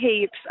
heaps